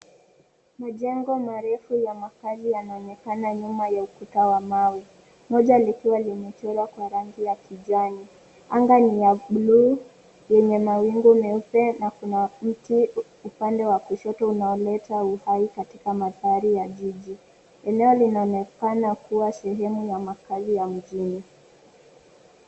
Majengo marefu ya makazi yanaonekana nyuma ya ukuta wa mawe. Moja likiwa limechorwa kwa rangi ya kijani. Anga ni la buluu lenye mawingu meupe na kuna mti upande wa kushoto unaoleta uhai katika makazi ya jiji. Eneo linaonekana kuwa sehemu ya makazi ya mjini.